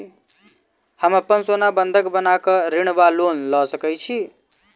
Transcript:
हम अप्पन सोना बंधक लगा कऽ ऋण वा लोन लऽ सकै छी?